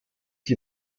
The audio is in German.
die